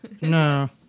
No